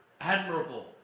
admirable